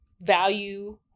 value